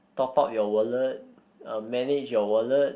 top up your wallet uh manage your wallet